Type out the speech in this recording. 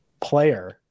player